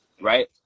right